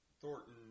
Thornton –